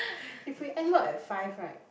if we end work at five right